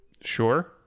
sure